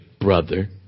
brother